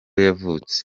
yavutse